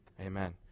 Amen